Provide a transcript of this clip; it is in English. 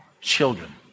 children